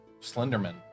Slenderman